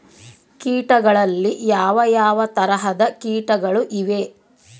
ಕೇಟಗಳಲ್ಲಿ ಯಾವ ಯಾವ ತರಹದ ಕೇಟಗಳು ಇವೆ?